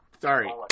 Sorry